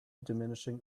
diminishing